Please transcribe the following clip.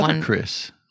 Chris